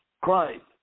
Christ